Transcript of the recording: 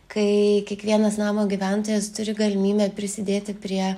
kai kiekvienas namo gyventojas turi galimybę prisidėti prie